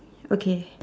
okay